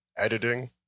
Editing